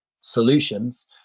solutions